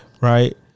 Right